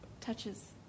touches